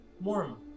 warm